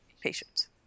patients